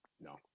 no